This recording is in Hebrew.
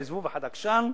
היה זבוב אחד עקשן,